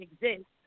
exist